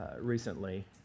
recently